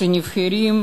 שנבחרים.